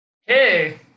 Hey